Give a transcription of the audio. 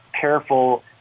careful